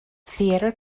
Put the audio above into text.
theatre